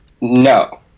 No